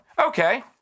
Okay